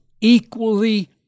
equally